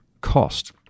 cost